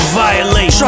violate